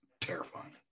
terrifying